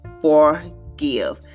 forgive